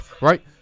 right